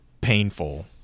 painful